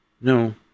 No